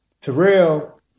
Terrell